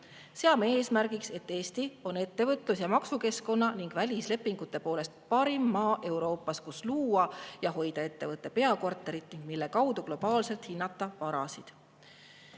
"Seame eesmärgiks, et Eesti on ettevõtlus‑ ja maksukeskkonna ning välislepingute poolest parim maa Euroopas, kus luua ja hoida ettevõtte peakorterit ning mille kaudu globaalselt [hallata] varasid."